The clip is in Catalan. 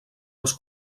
els